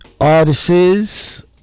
artists